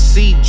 See